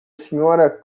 sra